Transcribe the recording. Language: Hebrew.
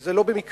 וזה לא במקרה.